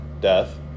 Death